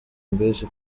mbizi